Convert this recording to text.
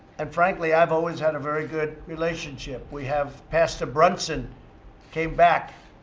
and, frankly, i've always had a very good relationship. we have pastor brunson came back,